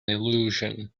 illusion